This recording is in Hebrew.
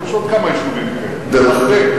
יש עוד כמה יישובים כאלה, הרבה.